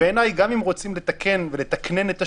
בעיניי, גם אם רוצים לתקן ולתקנן את השוק,